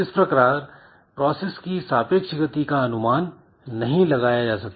इस प्रकार प्रोसेस की सापेक्ष गति का अनुमान नहीं लगाया जा सकता